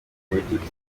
politiki